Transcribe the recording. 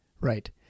Right